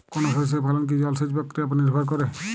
কোনো শস্যের ফলন কি জলসেচ প্রক্রিয়ার ওপর নির্ভর করে?